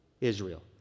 Israel